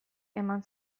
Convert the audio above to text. eman